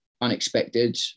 unexpected